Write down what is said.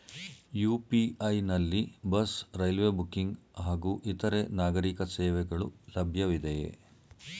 UPI ನಲ್ಲಿ bus, railway booking ಹಾಗೂ ಇತರೆ ನಾಗರೀಕ ಸೇವೆಗಳು ಲಭ್ಯವಿದೆಯೇ?